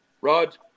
Rod